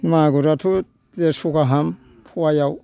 मागुराथ' देरस' गाहाम फ'वायाव